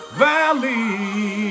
valley